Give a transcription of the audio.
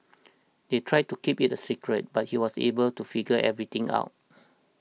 they tried to keep it a secret but he was able to figure everything out